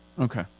Okay